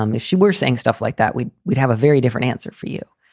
um if she were saying stuff like that, we'd we'd have a very different answer for you.